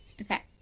Okay